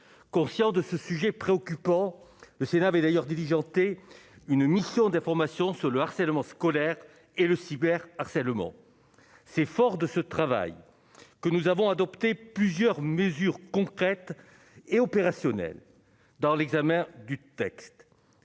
conscient de ce sujet préoccupant, le Sénat avait d'ailleurs diligenté une mission d'information sur le harcèlement scolaire et le cyber harcèlement c'est fort de ce travail que nous avons adopté plusieurs mesures concrètes et opérationnelles dans l'examen du texte,